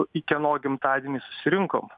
į kieno gimtadienį susirinkom